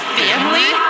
family